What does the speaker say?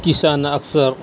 کسان اکثر